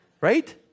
Right